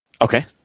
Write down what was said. Okay